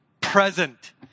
present